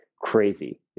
crazy